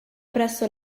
presso